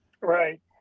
Right